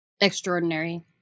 Extraordinary